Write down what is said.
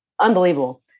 Unbelievable